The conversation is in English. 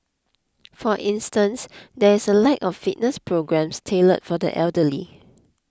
for instance there is a lack of fitness programmes tailored for the elderly